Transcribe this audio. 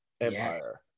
empire